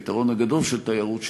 כי היתרון הגדול של תיירות,